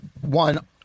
one